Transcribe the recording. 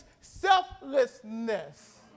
selflessness